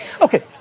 Okay